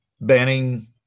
banning